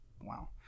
Wow